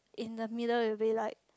in the middle it will be like